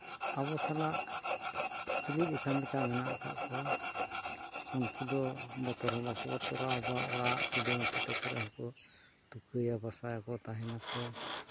ᱟᱵᱚ ᱥᱟᱞᱟᱜ ᱛᱩᱞᱩᱡ ᱟᱠᱟᱱ ᱞᱮᱠᱟ ᱢᱮᱱᱟᱜ ᱟᱠᱟᱜ ᱠᱚᱣᱟ ᱩᱱᱠᱩ ᱫᱚ ᱵᱚᱛᱚᱨ ᱦᱚᱸ ᱵᱟᱠᱚ ᱵᱚᱛᱚᱨᱜᱼᱟ ᱟᱵᱚᱣᱟᱜ ᱚᱲᱟᱜ ᱠᱩᱰᱟᱹᱢ ᱥᱟᱛᱮ ᱠᱚᱨᱮᱜ ᱦᱚᱸ ᱠᱚ ᱛᱩᱠᱟᱹᱭᱟ ᱵᱟᱥᱟᱭᱟᱠᱚ ᱛᱟᱦᱮᱱ ᱟᱠᱚ